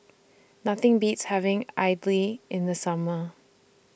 Nothing Beats having Idly in The Summer